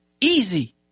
Easy